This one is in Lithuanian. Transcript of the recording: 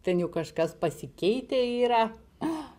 ten jau kažkas pasikeitę yra